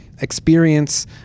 experience